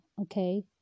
okay